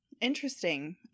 Interesting